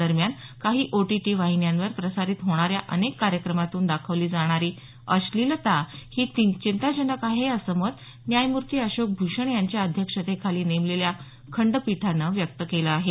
दरम्यान काही ओटीटी वाहिन्यांवर प्रसारित होणाऱ्या अनेक कार्यक्रमांतून दाखवली जाणारी अश्सीलता ही चिंताजनक आहे असं मत न्यायमूर्ती अशोक भूषण यांच्या अध्यक्षतेखाली नेमलेल्या खंडपीठानं व्यक्त केलं आहे